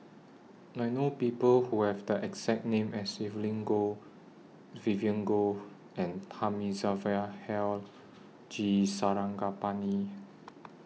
I know People Who Have The exact name as Evelyn Goh Vivien Goh and Thamizhavel Hill G Sarangapani